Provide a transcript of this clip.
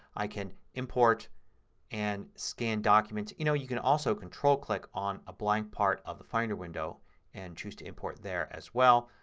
i can import and scan documents. you know you can also control click on a blank part of the finder window and choose to import there as well.